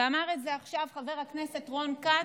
ואמר את זה עכשיו חבר הכנסת רון כץ: